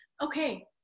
Okay